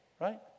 right